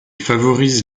favorise